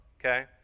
okay